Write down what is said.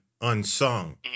Unsung